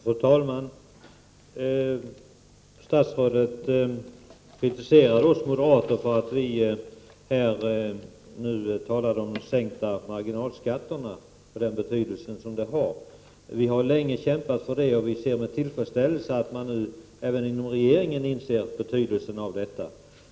Fru talman! Statsrådet kritiserade oss moderater för att vi nu talade om sänkta marginalskatter och deras betydelse. Vi har länge kämpat för sänkt skatt och noterar med tillfredsställelse att man nu även inom regeringen inser betydelsen av sänkta marginalskatter.